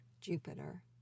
Jupiter